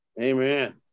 Amen